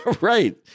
Right